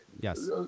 Yes